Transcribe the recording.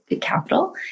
capital